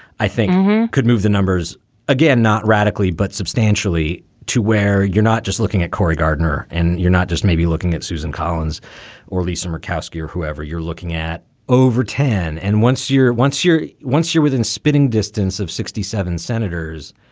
i think could move the numbers again, not radically, but substantially to where you're not just looking at cory gardner and you're not just maybe looking at susan collins or lisa murkowski or whoever you're looking at over ten. and once you're once you're once you're within spitting distance of sixty seven senators,